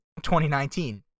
2019